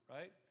right